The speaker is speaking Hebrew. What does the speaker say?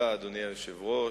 אדוני היושב-ראש,